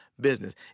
business